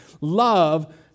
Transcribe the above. Love